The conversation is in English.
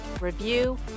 review